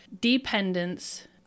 dependence